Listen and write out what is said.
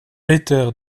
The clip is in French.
peter